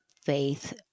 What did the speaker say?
Faith